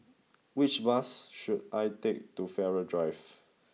which bus should I take to Farrer Drive